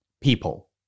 People